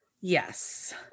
yes